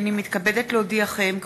הנני מתכבדת להודיעכם,